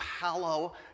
hallow